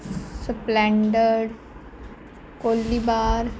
Splendor ਕੋਲੀ ਬਾਰ